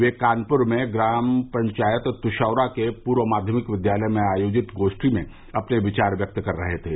वे कानपुर में ग्राम पंचायत तुर्षैरा के पूर्व माध्यमिक विद्यालय में आयोजित गोष्ठी में अपने विचार व्यक्त कर रहे थे